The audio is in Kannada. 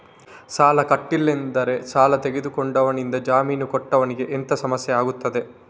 ಸಾಲ ಕಟ್ಟಿಲ್ಲದಿದ್ದರೆ ಸಾಲ ತೆಗೆದುಕೊಂಡವನಿಂದ ಜಾಮೀನು ಕೊಟ್ಟವನಿಗೆ ಎಂತ ಸಮಸ್ಯೆ ಆಗ್ತದೆ?